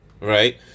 Right